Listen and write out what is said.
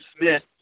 Smith